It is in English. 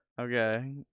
okay